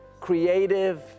creative